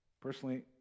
Personally